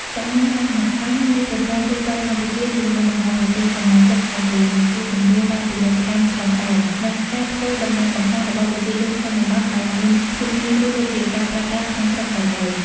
សមាហរណកម្មនៃប្រព័ន្ធទូទាត់កម្ពុជាជាមួយបណ្ដាប្រទេសសមាជិកអាស៊ាន នឹងជួយសម្រួលដល់ពាណិជ្ជកម្មឆ្លងដែន និងការធ្វើដំណើរកម្សាន្តរបស់ប្រជាជនក្នុងតំបន់ឱ្យមានភាពងាយស្រួលដូចជាការប្រើប្រាស់ក្នុងស្រុកតែមួយ។